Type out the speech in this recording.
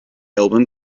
album